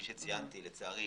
שציינתי, לצערי,